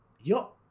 Yo